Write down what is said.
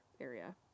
area